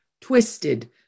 twisted